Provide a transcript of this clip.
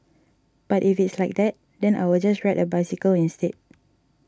but if it's like that then I will just ride a bicycle instead